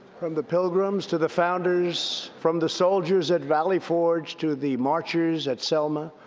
from the pilgrims to the founders, from the soldiers at valley forge to the marchers at selma,